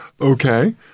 Okay